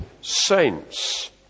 saints